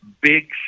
big